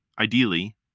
ideally